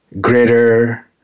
greater